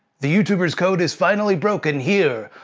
the youtuber's code is finally broken here,